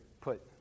put